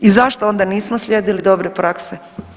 I zašto onda nismo slijedili dobre prakse?